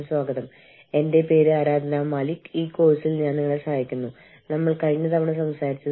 ഇന്ത്യയുടെ പശ്ചാത്തലത്തിൽ തൊഴിൽ നിയമത്തെ കുറിച്ച് നമ്മൾ സംസാരിച്ചു